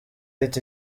hit